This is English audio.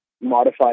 modified